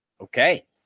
okay